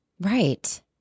Right